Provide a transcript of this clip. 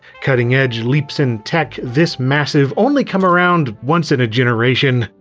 cutting edge leaps in tech this massive only come around once in a generation.